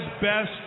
best